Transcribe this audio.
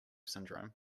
syndrome